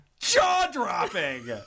Jaw-dropping